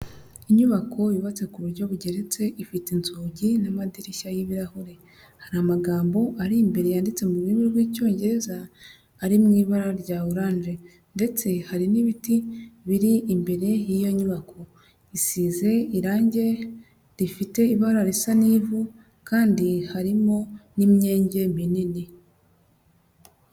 Inyubako yubatse ku buryo bugeretse ifite inzugi n'amadirishya y'ibirahure, hari amagambo ari imbere yanditse mu rurimi rw'icyongereza ari mu ibara rya orange ndetse hari n'ibiti biri imbere y'iyo nyubako, isize irangi rifite ibara risa n'ivu kandi harimo n'imyenge minini.